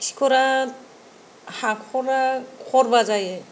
खिखरा हाख'रा खरबा जायो